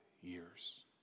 years